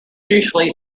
usually